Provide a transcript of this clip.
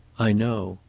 i know.